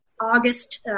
August